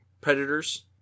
predators